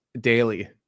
daily